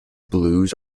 blues